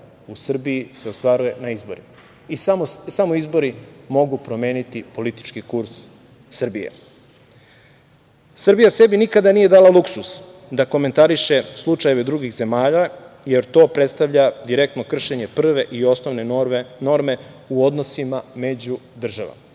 u Srbiji se ostvaruje na izborima i samo izbori mogu promeniti politički kurs Srbije. Srbija sebi nikada nije dala luksuz da komentariše slučajeve drugih zemalja, jer to predstavlja direktno kršenje prve i osnovne norme u odnosima među državama.